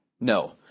No